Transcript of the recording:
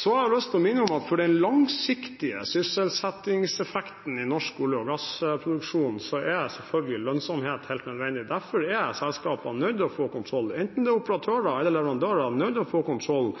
Jeg har lyst til å minne om at for den langsiktige sysselsettingseffekten i norsk olje- og gassproduksjon er selvfølgelig lønnsomhet helt nødvendig. Derfor er selskapene – enten det er operatører eller leverandører – nødt til å få kontroll